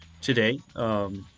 today